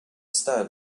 style